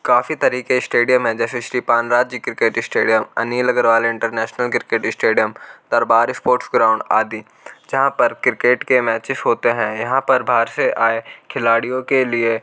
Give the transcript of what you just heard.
काफ़ी तरह के इश्टेडियम हैं जैसे श्री पान राज्य cricket stadium Anil Agarwal international cricket stadium Darbar sports ground आदि जहाँ पर क्रिकेट के मैचस होते हैं यहाँ पर बाहर से आए खिलाड़ियों के लिए